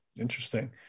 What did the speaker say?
Interesting